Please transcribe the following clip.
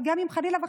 אבל גם חלילה וחס,